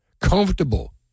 comfortable